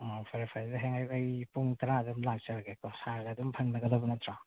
ꯑꯣ ꯐꯔꯦ ꯐꯔꯦ ꯑꯗꯨꯗꯤ ꯍꯌꯦꯡ ꯑꯌꯨꯛ ꯑꯩ ꯄꯨꯡ ꯇꯔꯥꯗ ꯑꯗꯨꯝ ꯂꯥꯛꯆꯔꯒꯦꯀꯣ ꯁꯥꯔꯒ ꯑꯗꯨꯝ ꯐꯪꯅꯒꯗꯕ ꯅꯠꯇ꯭ꯔꯣ